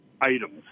items